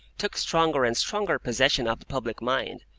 took stronger and stronger possession of the public mind,